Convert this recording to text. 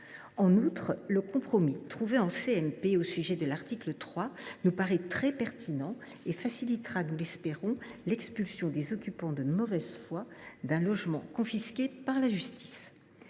En outre, le compromis trouvé en CMP au sujet de l’article 3 nous paraît très pertinent. Il facilitera – nous l’espérons – l’expulsion des personnes occupant de mauvaise foi un logement confisqué par la justice.